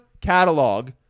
catalog